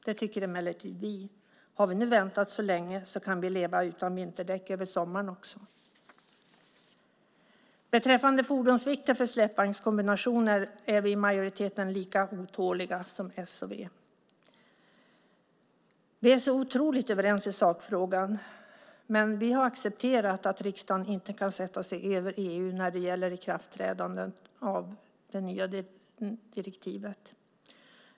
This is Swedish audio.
Det tycker emellertid vi. Har vi nu väntat så länge så kan vi leva utan vinterdäck över sommaren också. Beträffande fordonsvikter för släpvagnskombinationer är vi i majoriteten lika otåliga som s och v. Vi är så otroligt överens i sakfrågan, men vi har accepterat att riksdagen inte kan sätta sig över EU när det gäller ikraftträdandet av det nya direktivet.